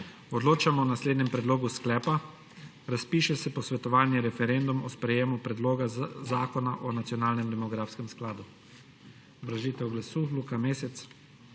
Odločamo o naslednjem predlogu sklepa: razpiše se posvetovalni referendum o sprejemu Predloga zakona o nacionalnem demografskem skladu. Obrazložitev glasu Luka Mesec